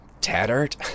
tattered